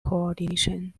coordination